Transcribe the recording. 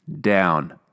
down